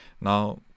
Now